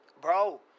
bro